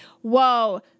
Whoa